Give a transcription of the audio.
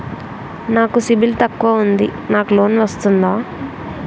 నాకు సిబిల్ తక్కువ ఉంది నాకు లోన్ వస్తుందా?